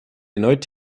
erneut